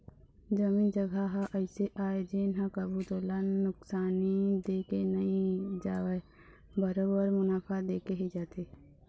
जमीन जघा ह अइसे आय जेन ह कभू तोला नुकसानी दे के नई जावय बरोबर मुनाफा देके ही जाथे